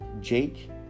jake